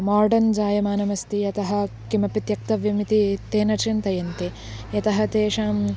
modern जायमानमस्ति यतः किमपि त्यक्तव्यम् इति तेन चिन्तयन्ति यतः तेषां